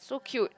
so cute